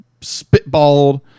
spitballed